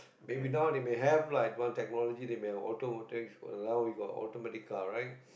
maybe now they may have lah advanced technology they may have automat~ for now we got automatic car right